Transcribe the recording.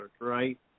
right